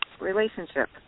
relationship